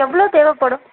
எவ்வளோ தேவைப்படும்